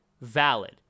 Valid